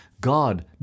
God